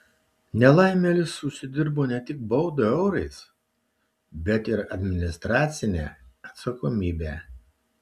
nelaimėlis užsidirbo ne tik baudą eurais bet ir administracinę atsakomybę